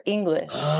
English